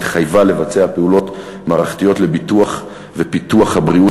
התחייבה לבצע פעולות מערכתיות לביטוח ופיתוח הבריאות